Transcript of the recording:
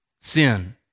sin